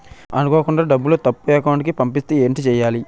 అనుకోకుండా డబ్బులు తప్పు అకౌంట్ కి పంపిస్తే ఏంటి చెయ్యాలి?